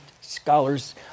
scholars